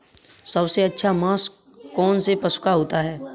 सबसे अच्छा मांस कौनसे पशु का होता है?